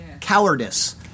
cowardice